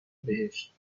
بهشت